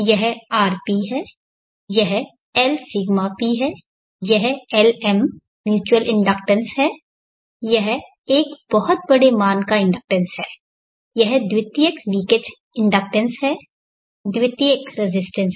यह rp है यह Lσp है यह Lm म्यूच्यूअल इंडक्टेंस है यह एक बहुत बड़े मान का इंडक्टेंस है यह द्वितीयक लीकेज इंडक्टेंस है द्वितीयक रेजिस्टेंस है